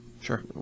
sure